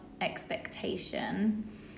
expectation